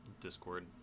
discord